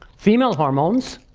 female hormones,